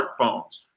smartphones